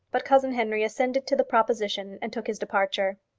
but cousin henry assented to the proposition and took his departure.